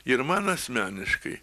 ir man asmeniškai